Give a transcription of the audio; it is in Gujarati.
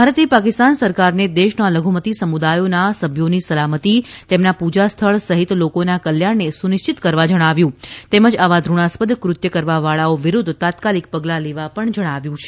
ભારતે પાકિસ્તાન સરકારને દેશના લધુમતી સમુદાયોના સભ્યોની સલામતી તેમના પૂજા સ્થળ સહિત લોકોના કલ્યાણને સુનિશ્ચિત કરવા જણાવ્યું છે તેમજ આવા ધુણાસ્પદ કૃત્ય કરવાવાળાઓ વિરૂદ્ધ તાત્કાલિક પગલાં લેવા જણાવ્યું છે